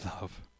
love